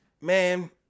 Man